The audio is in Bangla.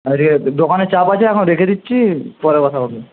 আচ্ছা ঠিক আছে দোকানে চাপ আছে এখন রেখে দিচ্ছি পরে কথা হবে